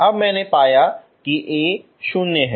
अब मैंने पाया कि A 0 है